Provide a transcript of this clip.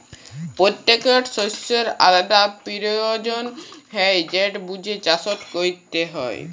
পত্যেকট শস্যের আলদা পিরয়োজন হ্যয় যেট বুঝে চাষট ক্যরতে হয়